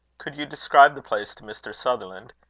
could you describe the place to mr. sutherland?